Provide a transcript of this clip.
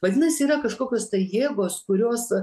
vadinasi yra kažkokios jėgos kurios